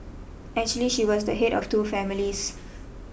actually she was the head of two families